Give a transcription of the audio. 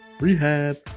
rehab